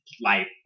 life